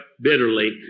bitterly